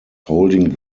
holding